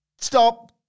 Stop